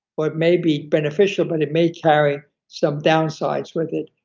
but may be beneficial, but it may carry some downsides with it.